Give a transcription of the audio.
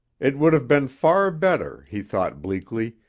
it would have been far better, he thought bleakly,